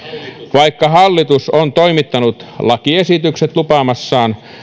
vaikka hallitus on toimittanut lakiesitykset lupaamassaan